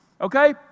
Okay